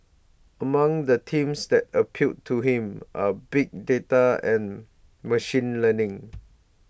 among the themes that appeal to him are big data and machine learning